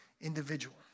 individual